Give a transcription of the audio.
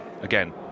again